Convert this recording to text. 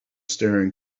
staring